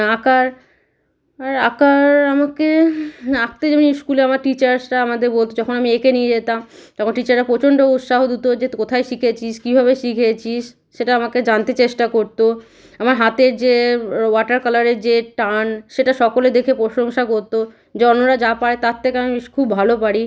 আঁকার আর আঁকার আমাকে আঁকতে যে আমি স্কুলে আমার টিচার্সরা আমাদের বলতো যখন আমি এঁকে নিয়ে যেতাম তখন টিচাররা প্রচণ্ড উৎসাহ দিতো যে কোথায় শিখেছিস কীভাবে শিখেছিস সেটা আমাকে জানতে চেষ্টা করতো আমার হাতের যে ওয়াটার কালারের যে টান সেটা সকলে দেখে প্রশংসা করতো যে অন্যরা যা পারে তার থেকে আমি বেশ ভালো পারি